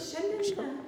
šiandien ne